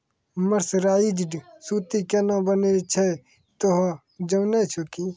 mercerised सूती केना बनै छै तोहों जाने छौ कि